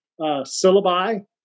syllabi